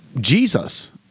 Jesus